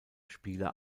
spieler